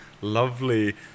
lovely